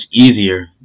easier